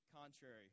contrary